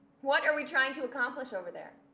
what are we trying to accomplish over there?